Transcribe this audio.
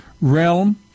realm